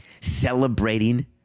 Celebrating